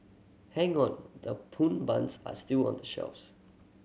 hang on the pun buns are still on the shelves